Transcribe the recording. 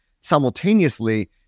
simultaneously